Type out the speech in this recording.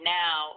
now